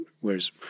Whereas